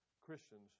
Christians